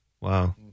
Wow